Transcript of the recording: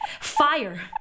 Fire